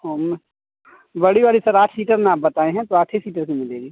ओमे बड़ी वाली सर आठ सीटर न आप बताए हैं तो आठ ही सीटर की मिलेगी